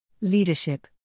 Leadership